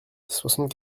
soixante